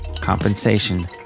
Compensation